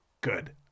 good